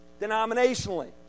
denominationally